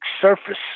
surface